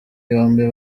yombi